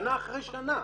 שנה אחר שנה.